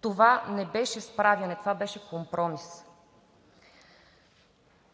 Това не беше справяне, това беше компромис.